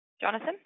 Jonathan